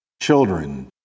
children